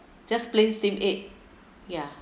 just plain steamed egg ya